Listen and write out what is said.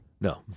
No